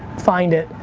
find it,